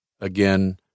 again